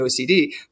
OCD